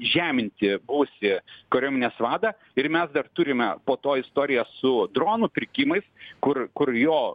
žeminti buvusį kariuomenės vadą ir mes dar turime po to istoriją su dronų pirkimais kur kur jo